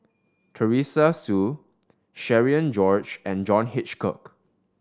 Teresa Hsu Cherian George and John Hitchcock